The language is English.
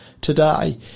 today